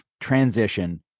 transition